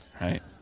Right